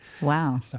Wow